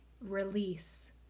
release